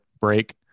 break